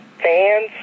Fans